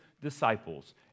disciples